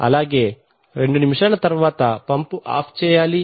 అలాగే రెండు నిమిషాల తర్వాత పంపు ఆఫ్ చేయాలి